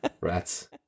Rats